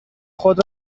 خود